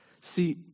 See